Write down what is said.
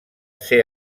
ser